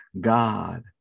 God